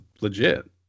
legit